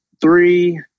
three